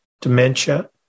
dementia